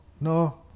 no